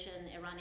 Iranian